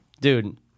Dude